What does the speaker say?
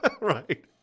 Right